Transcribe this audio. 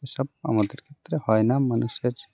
এ সব আমাদের ক্ষেত্রে হয় না মানুষের